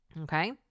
Okay